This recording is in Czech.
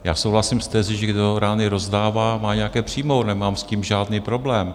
Já souhlasím s tezí, že kdo rány rozdává, má nějaké přijmout, nemám s tím žádný problém.